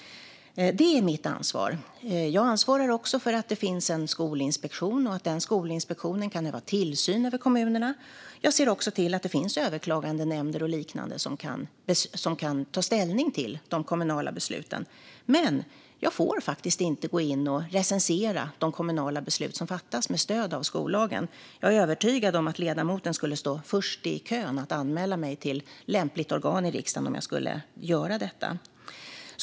Detta är mitt ansvar. Jag ansvarar också för att det finns en skolinspektion och att den skolinspektionen kan utöva tillsyn över kommunerna. Jag ser också till att det finns överklagandenämnder och liknande som kan ta ställning till de kommunala besluten. Men jag får faktiskt inte gå in och recensera de kommunala beslut som fattas med stöd av skollagen. Jag är övertygad om att ledamoten skulle stå först i kön att anmäla mig till lämpligt organ i riksdagen om jag skulle göra detta.